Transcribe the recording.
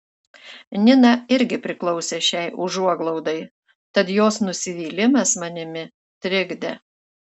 nina irgi priklausė šiai užuoglaudai tad jos nusivylimas manimi trikdė